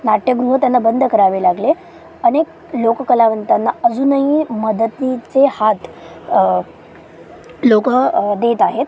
नाट्यगृह त्यांना बंद करावे लागले अनेक लोक कलावंतांना अजूनही मदतीचे हात लोकं देत आहेत